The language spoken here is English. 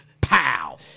Pow